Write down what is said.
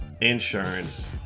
insurance